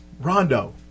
Rondo